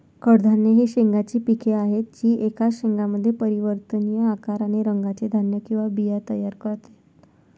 कडधान्ये ही शेंगांची पिके आहेत जी एकाच शेंगामध्ये परिवर्तनीय आकार आणि रंगाचे धान्य किंवा बिया तयार करतात